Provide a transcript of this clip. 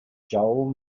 joel